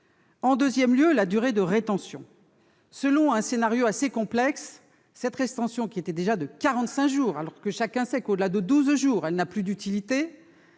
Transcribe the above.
a trait à la durée de rétention. Selon un scénario assez complexe, celle-ci, qui était déjà de 45 jours, alors que chacun sait qu'au-delà de douze jours elle n'a plus d'utilité,